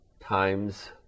times